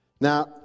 Now